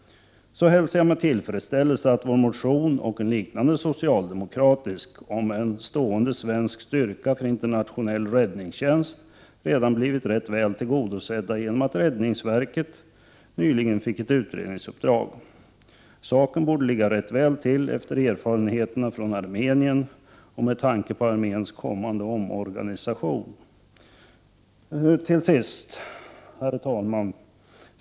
Så hälsar jag med tillfredsställelse att vår motion och en liknande Prot. 1988 aa Planering och anslag nyligen fick ett utredningsuppdrag. Saken borde ligga rätt väl till efter”. a SS Till sist, herr talman!